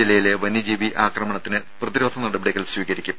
ജില്ലയിലെ വന്യജീവി ആക്രമണത്തിന് പ്രതിരോധ നടപടികൾ സ്വീകരിക്കും